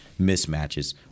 mismatches